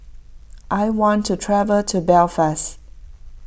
I want to travel to Belfast